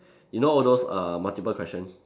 you know all those err multiple question